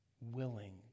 willing